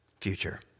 future